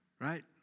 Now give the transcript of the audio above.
right